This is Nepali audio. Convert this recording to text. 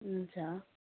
हुन्छ